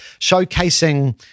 showcasing